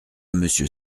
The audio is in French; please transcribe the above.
monsieur